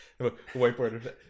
Whiteboard